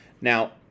Now